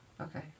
Okay